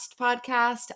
podcast